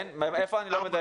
כן, איפה אני לא מדייק?